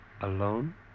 alone